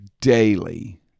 daily